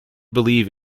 believe